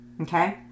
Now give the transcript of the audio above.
Okay